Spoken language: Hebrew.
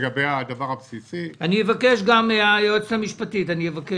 לגבי הדבר הבסיסי --- אבקש גם מן היועצת המשפטית לוועדה להתייחס.